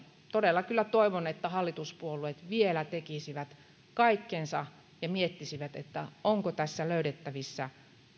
todella kyllä toivon että hallituspuolueet vielä tekisivät kaikkensa ja miettisivät onko tässä löydettävissä